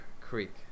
Creek